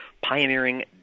pioneering